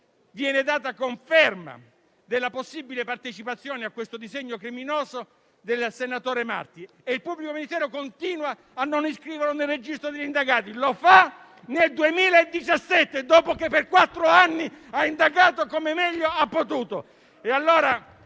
viene data conferma della possibile partecipazione a questo disegno criminoso del senatore Marti, ma il pubblico ministero continua a non iscriverlo nel registro degli indagati. Lo fa solo nel 2017, dopo che per quattro anni ha indagato come meglio ha potuto.